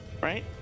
Right